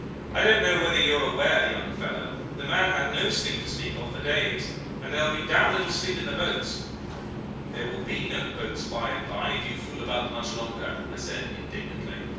i don't know whether you are aware, young fellow, the man had no sleep to speak of for days and there will be dam' little sleep in the boats there will be no boats by-and-by if you fool about much longer i said, indignantly.